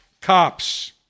cops